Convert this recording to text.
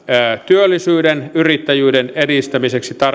työllisyyden yrittäjyyden edistämiseksi